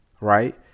Right